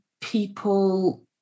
people